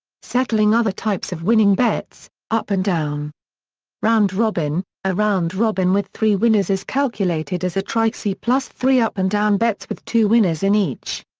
settling other types of winning bets up and down round robin a round robin with three winners is calculated as a trixie plus three up and down bets with two winners in each.